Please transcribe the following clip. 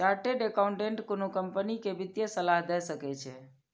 chartered accountant कोनो company कें वित्तीय सलाह दए सकै छै